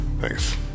Thanks